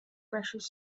precious